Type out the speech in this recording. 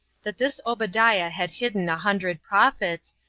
that this obadiah had hidden a hundred prophets,